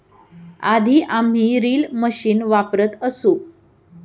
आधी आम्ही reel machine वापरत असू